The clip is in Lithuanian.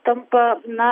tampa na